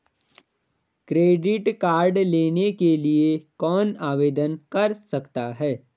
Credit card लेने के लिए कौन आवेदन कर सकता है?